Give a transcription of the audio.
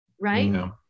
Right